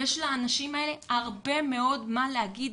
יש לאנשים האלה הרבה מאוד מה להגיד,